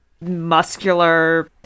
muscular